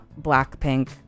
Blackpink